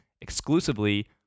exclusively